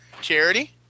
Charity